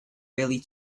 really